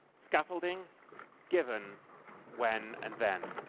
scaffolding given when and then.